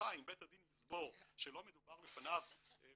בהנחה אם בית הדין שלא מדובר בפניו ביהודייה,